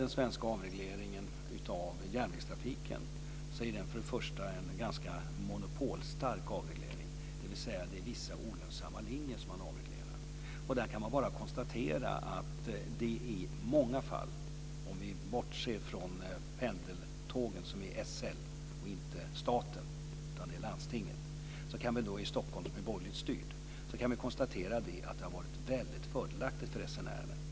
Den svenska avregleringen av järnvägstrafiken är en ganska monopolstark avreglering, dvs. det är vissa olönsamma linjer som man avreglerar. Om vi bortser från SL-pendeltågen - de är landstingets och inte statens, och Stockholms läns landsting är borgerligt styrt - kan vi konstatera att det har varit väldigt fördelaktigt för resenärerna.